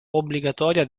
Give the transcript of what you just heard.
obbligatoria